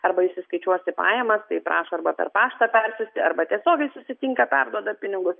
arba įsiskaičiuos į pajamas tai prašo arba per paštą persiųsti arba tiesiogiai susitinka perduoda pinigus